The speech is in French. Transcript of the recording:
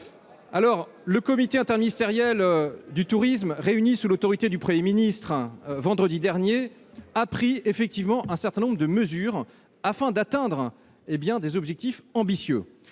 France. Le comité interministériel du tourisme, réuni sous l'autorité du Premier ministre vendredi dernier, a pris un certain nombre de mesures afin d'atteindre des objectifs ambitieux,